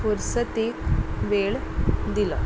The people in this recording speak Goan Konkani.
पुरसतेक वेळ दिलाो